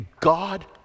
God